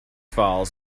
files